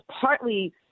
partly